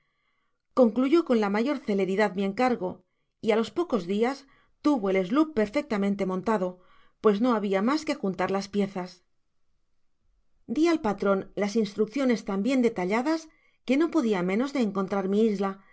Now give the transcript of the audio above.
concluyó con la mayor celeridad mi encargo y á los pocos dias tuvo el sloop perfectamente montado pues no habia mas que juntar las piezas di al patron instrucciones tan bien detalladas que no podia menos de encontrar mi isla